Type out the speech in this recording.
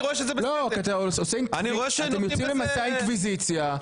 אתה מביא למסע אינקוויזיציה .